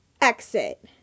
exit